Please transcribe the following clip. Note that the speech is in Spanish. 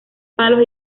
palos